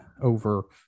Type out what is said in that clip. over